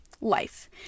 life